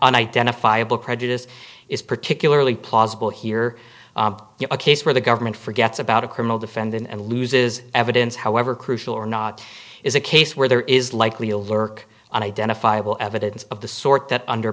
an identifiable prejudice is particularly plausible here a case where the government forgets about a criminal defendant and loses evidence however crucial or not is a case where there is likely a lurk on identifiable evidence of the sort that